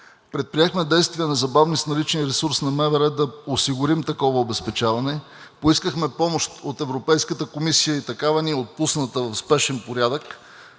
Предприехме незабавни действия с наличния ресурс на МВР да осигурим такова обезпечаване. Поискахме помощ от Европейската комисия и такава ни е отпусната в спешен порядък,